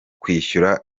kwishyura